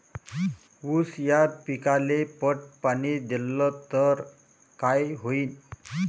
ऊस या पिकाले पट पाणी देल्ल तर काय होईन?